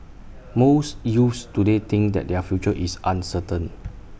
most youths today think that their future is uncertain